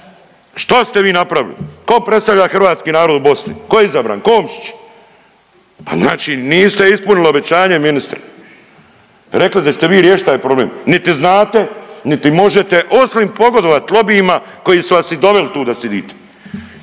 Što ste vi napravili? Ko predstavlja hrvatski narod u Bosni? Ko je izabran? Komšić. Pa znači niste ispunili obećanje ministre, rekli ste da ćete vi riješiti taj problem. Niti znate, niti možete osim pogodovat lobijima koji su vas i doveli tu da sidite.